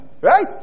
right